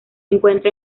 encuentra